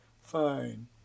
Fine